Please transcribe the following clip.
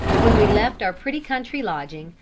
when we left our pretty country lodging,